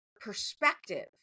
perspective